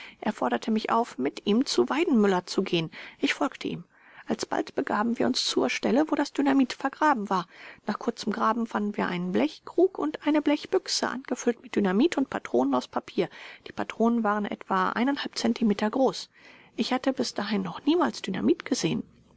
er forderte mich auf mit ihm zu weidenmüller zu gehen ich folgte ihm alsbald begaben wir uns zur stelle wo das dynamit vergraben war nach kurzem graben fanden wir einen blechkrug und eine blechbüchse angefüllt mit dynamit und patronen aus papier die patronen waren etwa zentimeter groß ich hatte bis dahin noch niemals dynamit gesehen